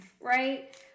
right